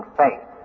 faith